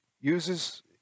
uses